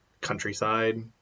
countryside